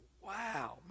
wow